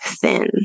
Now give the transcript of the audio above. thin